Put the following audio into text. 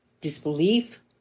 disbelief